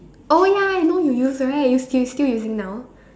oh ya I know you use right you you still using now